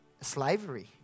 slavery